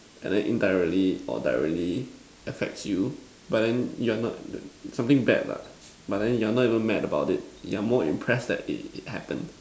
and then indirectly or directly affects you but then you're not something bad lah but then you're not even mad about it you're more impressed that it it happens